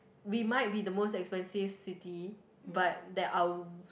we might be the most expensive city but there are w~